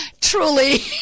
truly